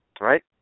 right